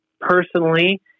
personally